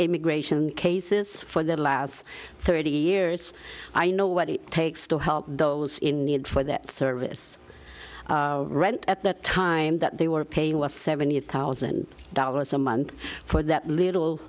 immigration cases for the last thirty years i know what it takes to help those in need for that service rent at that time that they were paying was seventy thousand dollars a month for that little